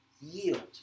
yield